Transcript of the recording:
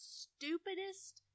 stupidest